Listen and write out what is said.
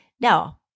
Now